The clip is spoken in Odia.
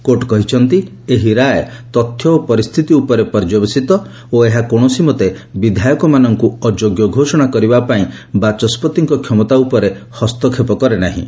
କୋର୍ଟ କହିଛନ୍ତି ଏହି ରାୟ ତଥ୍ୟ ଓ ପରିସ୍ଥିତି ଉପରେ ପର୍ଯ୍ୟବେସିତ ଓ ଏହା କୌଣସିମତେ ବିଧାୟକମାନଙ୍କୁ ଅଯୋଗ୍ୟ ଘୋଷଣା କରିବା ପାଇଁ ବାଚସ୍କତିଙ୍କ କ୍ଷମତା ଉପରେ ହସ୍ତକ୍ଷେପ କରେନାହିଁ